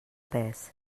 pes